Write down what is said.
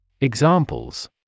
Examples